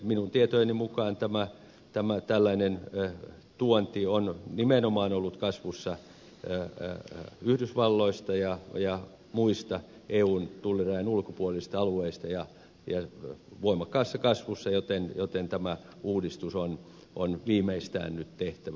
minun tietojeni mukaan tällainen tuonti on ollut kasvussa nimenomaan yhdysvalloista ja muilta eun tullirajan ulkopuolisilta alueilta voimakkaassa kasvussa joten tämä uudistus on viimeistään nyt tehtävä